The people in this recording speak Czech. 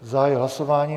Zahajuji hlasování.